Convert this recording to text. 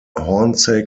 hornsey